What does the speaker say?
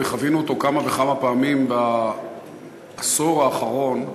וחווינו אותו כמה וכמה פעמים בעשור האחרון,